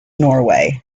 norway